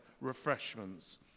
refreshments